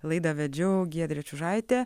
laidą vedžiau giedrė čiužaitė